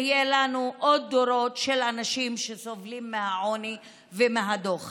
יהיו לנו עוד דורות של אנשים שסובלים מהעוני ומהדוחק.